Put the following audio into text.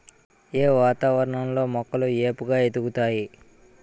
ఏ వాతావరణం లో మొక్కలు ఏపుగ ఎదుగుతాయి?